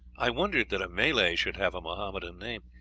i wondered that a malay should have a mohammedan name.